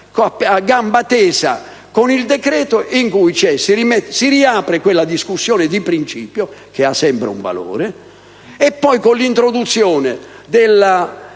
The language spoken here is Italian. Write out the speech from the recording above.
a gamba tesa con il decreto che riapre la discussione di principio, che ha sempre un valore, e che con l'introduzione della